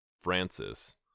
Francis